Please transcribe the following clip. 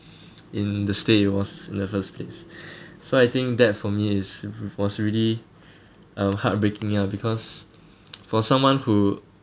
in the stay it was in the first place so I think that for me is was really um heartbreaking ah because for someone who